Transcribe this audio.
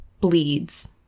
bleeds